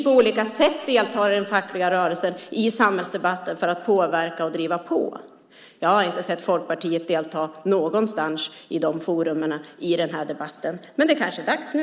På olika sätt deltar vi i den fackliga rörelsen och i samhällsdebatten för att påverka och driva på. Jag har inte sett Folkpartiet delta i något av de forumen i den här debatten, men det är kanske dags nu.